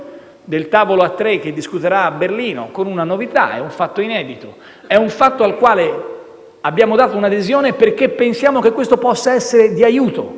del tavolo a tre che discuterà a Berlino, con una novità. È un fatto inedito e al quale abbiamo dato l'adesione perché pensiamo che questo possa essere di aiuto,